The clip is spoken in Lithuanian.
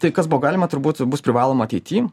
tai kas buvo galima turbūt bus privaloma ateitį